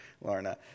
Lorna